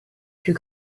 plus